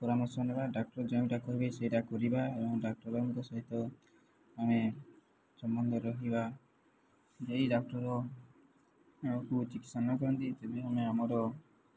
ପରାମର୍ଶ ନେବା ଡାକ୍ତର ଯେଉଁଟା କହିବେ ସେଇଟା କରିବା ଏବଂ ଡାକ୍ତରମାନଙ୍କ ସହିତ ଆମେ ସମ୍ବନ୍ଧ ରଖିବା ଏହି ଡାକ୍ତର ଆମକୁ ଚିକିତ୍ସା ନ କରନ୍ତି ତେବେ ଆମେ ଆମର